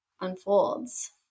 unfolds